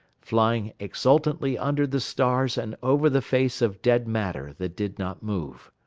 flying exultantly under the stars and over the face of dead matter that did not move.